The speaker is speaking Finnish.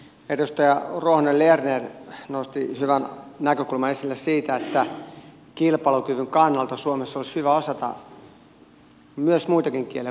edustaja ruohonen lerner nosti hyvän näkökulman esille siitä että kilpailukyvyn kannalta suomessa olisi hyvä osata myös muitakin kieliä kuin ruotsin kieltä